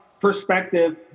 perspective